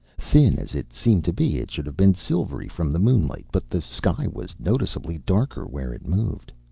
thin as it seemed to be, it should have been silvery from the moonlight, but the sky was noticeably darker where it moved.